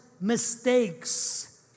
mistakes